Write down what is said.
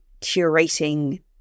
curating